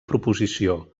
proposició